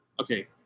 Okay